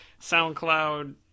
SoundCloud